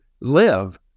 live